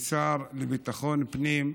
והשר לביטחון הפנים,